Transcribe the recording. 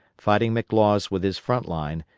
fighting mclaws with his front line,